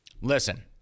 Listen